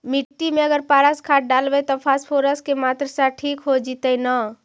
मिट्टी में अगर पारस खाद डालबै त फास्फोरस के माऋआ ठिक हो जितै न?